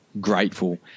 grateful